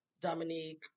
Dominique